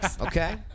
Okay